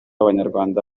abanyarwanda